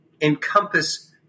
encompass